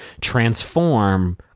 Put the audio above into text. transform